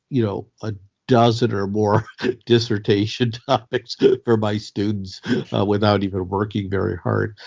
you know, a dozen or more dissertation topics for my students without even working very hard.